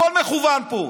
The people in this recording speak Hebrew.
הכול מכוון פה.